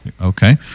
Okay